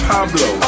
Pablo